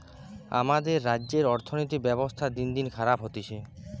আমাদের রাজ্যের অর্থনীতির ব্যবস্থা দিনদিন খারাপ হতিছে